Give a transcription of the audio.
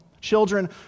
Children